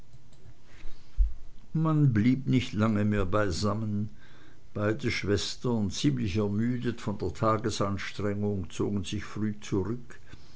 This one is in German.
man blieb nicht lange mehr beisammen beide schwestern ziemlich ermüdet von der tagesanstrengung zogen sich früh zurück